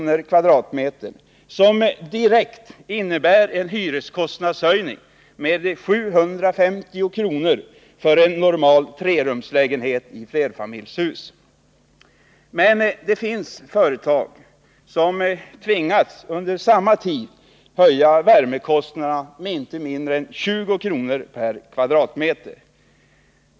per kvadratmeter, vilket innebär en direkt hyreskostnadshöjning med 750 kr. för en normal trerumslägenhet i flerfamiljshus. Men det finns företag som under samma tid tvingats höja värmekostnaderna med 20 kr. per kvadratmeter.